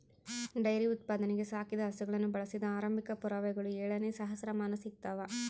dairy ಉತ್ಪಾದನೆಗೆ ಸಾಕಿದ ಹಸುಗಳನ್ನು ಬಳಸಿದ ಆರಂಭಿಕ ಪುರಾವೆಗಳು ಏಳನೇ ಸಹಸ್ರಮಾನ ಸಿಗ್ತವ